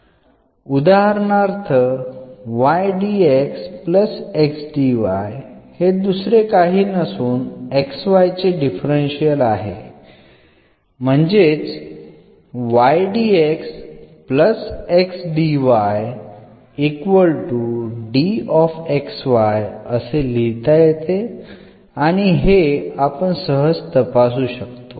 उदाहरणार्थ हे दुसरे काही नसून xy चे डिफरन्शियल आहे म्हणजेच आणि हे आपण सहज तपासू शकतो